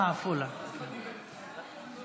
כולן ערים מעורבות.